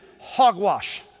hogwash